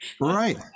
right